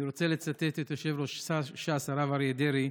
אני רוצה לצטט את יושב-ראש ש"ס הרב אריה דרעי: